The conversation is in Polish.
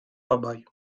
obaj